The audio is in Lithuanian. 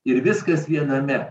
ir viskas viename